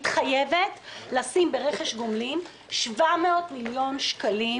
מתחייבת לשים ברכש גומלין 700 מיליון שקלים